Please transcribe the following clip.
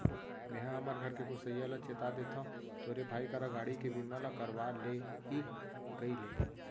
मेंहा हमर घर के गोसइया ल चेता देथव तोरे भाई करा गाड़ी के बीमा ल करवा ले ही कइले